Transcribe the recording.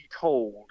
told